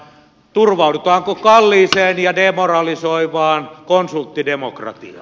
turvaudutaanko kalliiseen ja demoralisoivaan konsulttidemokratiaan